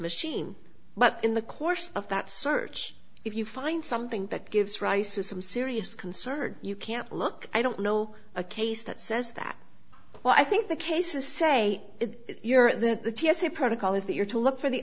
machine but in the course of that search if you find something that gives rise to some serious concern you can look i don't know a case that says that well i think the cases say that the t s a protocol is that you're to look for the